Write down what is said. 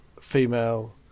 female